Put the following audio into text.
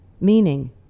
meaning